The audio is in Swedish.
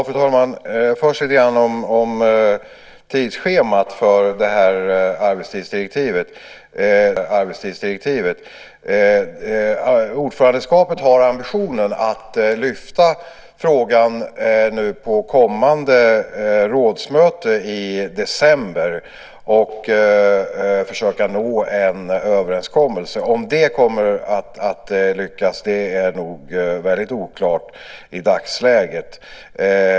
Fru talman! Först vill jag säga något om tidsschemat för det här arbetstidsdirektivet. Ordförandeskapet har ambitionen att lyfta frågan nu på kommande rådsmöte i december och försöka nå en överenskommelse. Om det kommer att lyckas är nog väldigt oklart i dagsläget.